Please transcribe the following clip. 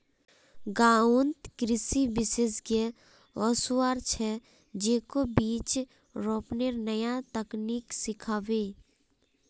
गांउत कृषि विशेषज्ञ वस्वार छ, जेको बीज रोपनेर नया तकनीक सिखाबे